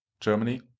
Germany